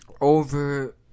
Over